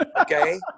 Okay